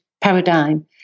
paradigm